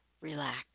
relax